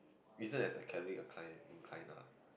isn't as academically inclined lah